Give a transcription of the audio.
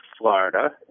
Florida